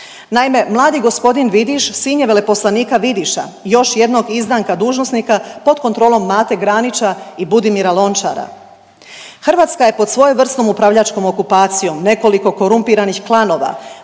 Naime, mladi g. Vidiš sin je veleposlanika Vidiša, još jednog izdanka dužnosnika pod kontrolom Mate Granića i Budimira Lončara. Hrvatska je pod svojevrsnom upravljačkom okupacijom, nekoliko korumpiranih klanova